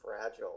fragile